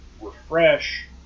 refresh